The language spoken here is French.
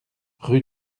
rue